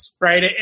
right